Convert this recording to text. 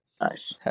Nice